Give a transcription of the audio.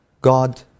God